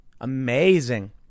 Amazing